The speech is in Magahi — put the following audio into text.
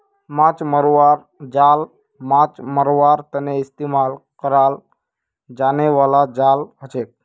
माछ मरवार जाल माछ मरवार तने इस्तेमाल कराल जाने बाला जाल हछेक